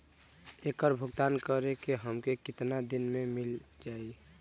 ऐकर भुगतान हमके कितना दिन में मील जाई?